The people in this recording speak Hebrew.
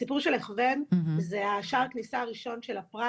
הסיפור של הכוון זה שער הכניסה הראשון של הפרט.